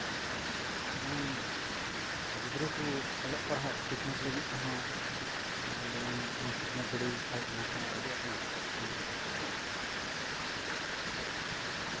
ᱡᱮᱢᱚᱱ ᱜᱤᱫᱽᱨᱟᱹ ᱠᱚ ᱚᱞᱚᱜ ᱯᱟᱲᱦᱟᱜ ᱥᱤᱠᱷᱱᱟᱹᱛ ᱞᱟᱹᱜᱤᱫ ᱛᱮᱦᱚᱸ ᱡᱮᱢᱚᱱ ᱤᱧ ᱥᱤᱠᱷᱱᱟᱹᱛ ᱫᱟᱲᱮ ᱟᱠᱚ ᱠᱷᱟᱡ ᱚᱱᱟ ᱠᱚ ᱟᱹᱰᱤ ᱟᱸᱴ ᱤᱧᱫᱩᱧ ᱠᱩᱥᱤᱭᱟᱜᱼᱟ